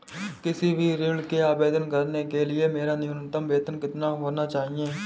किसी भी ऋण के आवेदन करने के लिए मेरा न्यूनतम वेतन कितना होना चाहिए?